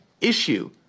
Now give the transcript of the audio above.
issue